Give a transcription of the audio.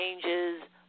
changes